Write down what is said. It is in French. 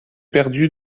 perdue